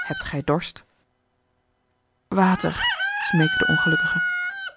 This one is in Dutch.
hebt gij dorst water smeekte de ongelukkige